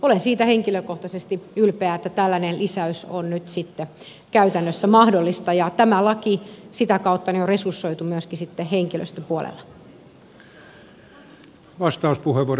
olen siitä henkilökohtaisesti ylpeä että tällainen lisäys on nyt sitten käytännössä mahdollista ja tämä laki sitä kautta on resursoitu myöskin sitten henkilöstöpuolella